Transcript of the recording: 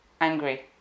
angry